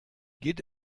geht